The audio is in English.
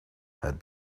had